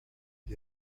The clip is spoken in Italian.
gli